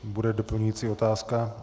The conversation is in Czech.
Bude doplňující otázka?